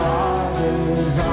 Father's